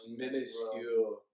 minuscule